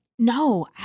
No